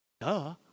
Duh